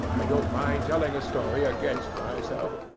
but i don't mind telling a story against myself.